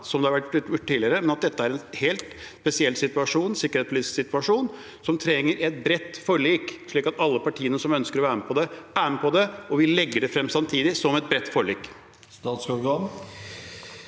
slik det har blitt gjort tidligere? Dette er en helt spesiell sikkerhetspolitisk situasjon som trenger et bredt forlik, slik at alle partiene som ønsker å være med på det, er med på det, og at vi legger det frem samtidig – som et bredt forlik. Statsråd